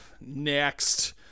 next